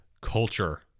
culture